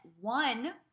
one